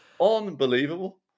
Unbelievable